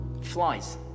Flies